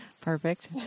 Perfect